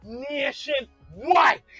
nationwide